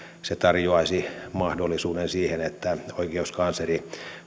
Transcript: se tarjoaisi mahdollisuuden siihen että oikeuskansleri